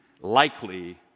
likely